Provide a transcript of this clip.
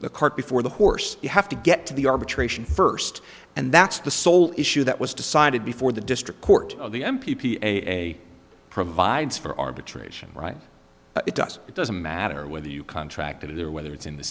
the cart before the horse you have to get to the arbitration first and that's the sole issue that was decided before the district court of the m p p a provides for arbitration right it doesn't it doesn't matter whether you contract it or whether it's in the